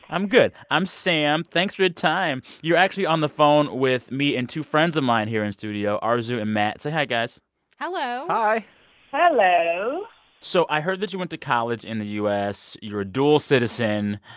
i'm good. i'm sam. thanks for your time. you're actually on the phone with me and two friends of mine here in studio, arezou and matt. say hi, guys hello hi hello so i heard that you went to college in the u s. you're dual citizen.